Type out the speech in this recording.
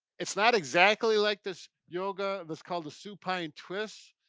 it's not exactly like this yoga that's called a supine twist.